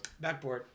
backboard